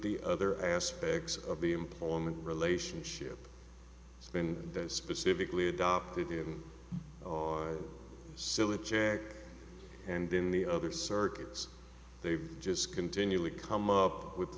the other aspects of the employment relationship it's been specifically adopted him silly jack and in the other circuits they've just continually come up with the